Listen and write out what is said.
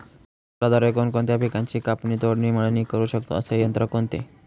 यंत्राद्वारे कोणकोणत्या पिकांची कापणी, तोडणी, मळणी करु शकतो, असे यंत्र कोणते?